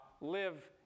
live